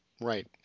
right